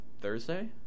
Thursday